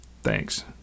Thanks